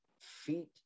feet